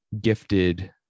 gifted